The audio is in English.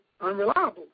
unreliable